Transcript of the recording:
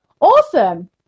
Awesome